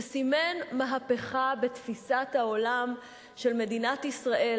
שסימן מהפכה בתפיסת העולם של מדינת ישראל,